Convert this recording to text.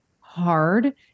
hard